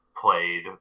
played